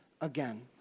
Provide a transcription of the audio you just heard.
again